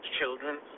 children